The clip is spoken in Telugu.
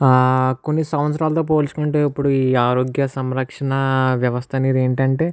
కొన్ని సంవత్సరాలతో పోల్చుకుంటే ఇప్పుడు ఈ ఆరోగ్య సంరక్షణ వ్యవస్థ అనేది ఏంటంటే